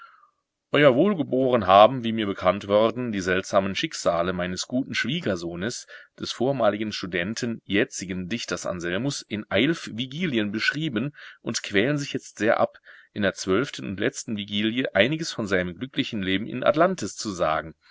ew wohlgeboren haben wie mir bekannt worden die seltsamen schicksale meines guten schwiegersohnes des vormaligen studenten jetzigen dichters anselmus in eilf vigilien beschrieben und quälen sich jetzt sehr ab in der zwölften und letzten vigilie einiges von seinem glücklichen leben in atlantis zu sagen